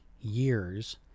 years